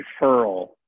referral